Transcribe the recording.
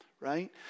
right